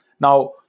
Now